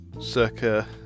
circa